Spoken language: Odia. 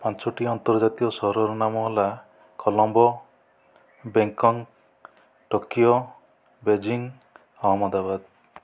ପାଞ୍ଚଟି ଅନ୍ତର୍ଜାତିୟ ସହରର ନାମ ହେଲା Colombo Bangkok Tokyo Beijing Ahmedabad